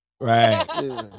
Right